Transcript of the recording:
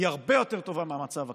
היא הרבה יותר טובה מהמצב הקיים,